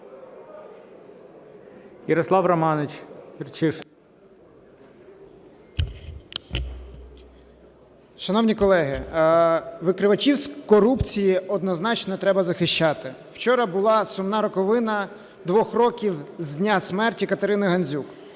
ЮРЧИШИН Я.Р. Шановні колеги, викривачів корупції однозначно треба захищати. Вчора була сумна роковина 2 років з дня смерті Катерини Гандзюк.